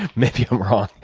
maybe i'm wrong.